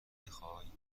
میخوای